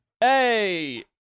Hey